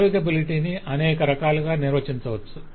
నావిగెబిలిటీని అనేక రకాలుగా నిర్వచించవచ్చు